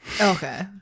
Okay